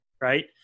right